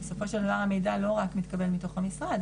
בסופו של דבר המידע לא רק מתקבל מתוך המשרד,